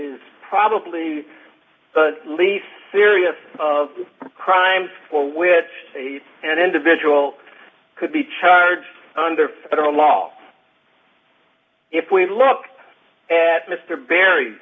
is probably the least serious of crimes for which he's an individual could be charged under federal law if we look at mr barry